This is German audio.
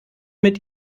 mit